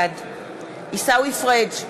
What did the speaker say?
בעד עיסאווי פריג'